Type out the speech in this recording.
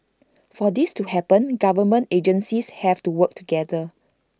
for this to happen government agencies have to work together